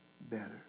better